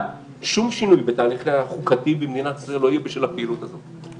אבל שום שינוי בתהליך החוקתי במדינת אלוהים לא יהיה בשל הפעילות הזאת.